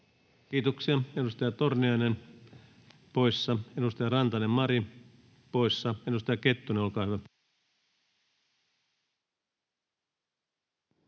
Kiitoksia. — Edustaja Torniainen poissa, edustaja Rantanen, Mari poissa. — Edustaja Kettunen, olkaa hyvä.